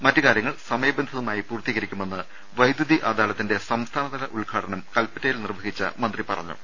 മറ്റ് കാര്യങ്ങൾ സമയബന്ധിതമായി പൂർത്തീകരിക്കുമെന്ന് വൈദ്യുതി അദാലത്തിന്റെ സംസ്ഥാനതല ഉദ്ഘാടനം കൽപ്പറ്റയിൽ നിർവഹിച്ചമന്ത്രി പറഞ്ഞു